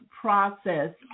process